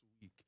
week